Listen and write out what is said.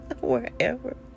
wherever